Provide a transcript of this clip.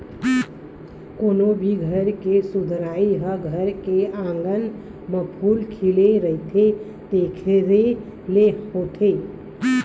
कोनो भी घर के सुंदरई ह घर के अँगना म फूल खिले रहिथे तेखरे ले होथे